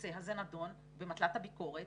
נושא הזה נדון במטלת הביקורת